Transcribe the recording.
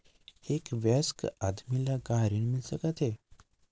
एक वयस्क आदमी ल का ऋण मिल सकथे?